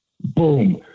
boom